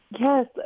Yes